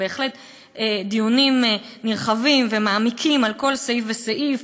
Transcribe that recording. ובהחלט דיונים נרחבים ומעמיקים על כל סעיף וסעיף,